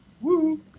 Woo